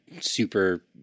super